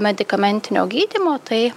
medikamentinio gydymo tai